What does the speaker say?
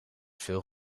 veel